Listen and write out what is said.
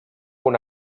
una